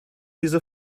diese